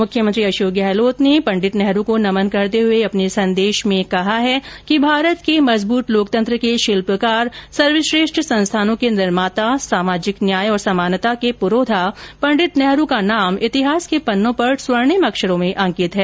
मुख्यमंत्री अशोक गहलोत ने पंडित नेहरू को नमन करते हुए अपने संदेश में कहा कि भारत के सुदृढ लोकतंत्र के शिल्पकार सर्वश्रेष्ठ संस्थानों के निर्माता सामाजिक न्याय और समानता के पुरोधा पंडित नेहरू का नाम इतिहास के पन्नों पर स्वर्णिम अक्षरों में अंकित है